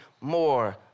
more